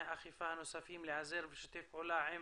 האכיפה הנוספים להיעזר ולשתף פעולה עם